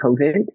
COVID